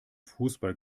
fußball